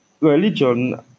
religion